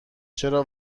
چرا